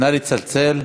נא לצלצל.